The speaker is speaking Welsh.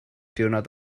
diwrnod